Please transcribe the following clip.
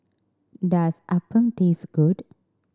does appam taste good